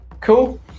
Cool